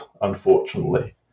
unfortunately